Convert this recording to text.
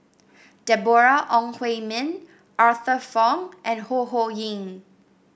Deborah Ong Hui Min Arthur Fong and Ho Ho Ying